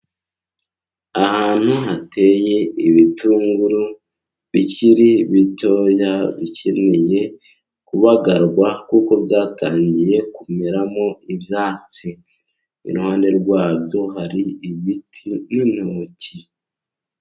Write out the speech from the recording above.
Ahantu hateye ibitunguru bikiri bitoya bikeneye kubagarwa, kuko byatangiye kumeramo ibyatsi, iruhande rwabyo hari ibiti n'intoki.